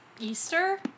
Easter